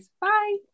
bye